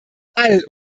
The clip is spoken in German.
alle